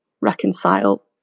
reconcile